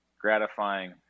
gratifying